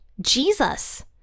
Jesus